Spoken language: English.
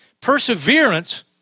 Perseverance